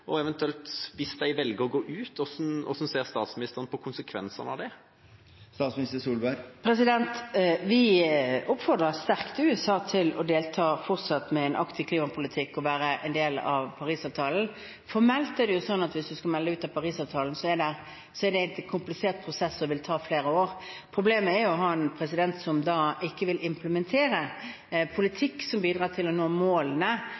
hvis de eventuelt velger å gå ut, hvordan ser statsministeren på konsekvensene av det? Vi oppfordrer USA sterkt til fortsatt å delta med en aktiv klimapolitikk og være en del av Paris-avtalen. Formelt er det slik at hvis en skal melde seg ut av Paris-avtalen, er det en komplisert prosess og vil ta flere år. Problemet er å ha en president som da ikke vil implementere politikk som bidrar til å nå målene